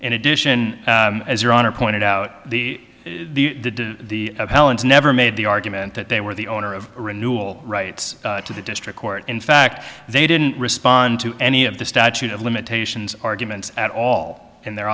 in addition as your honor pointed out the the appellant's never made the argument that they were the owner of renewal rights to the district court in fact they didn't respond to any of the statute of limitations arguments at all in their